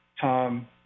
Tom